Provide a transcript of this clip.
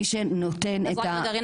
מי שנותן את --- אז רק רגע רינה,